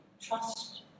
trust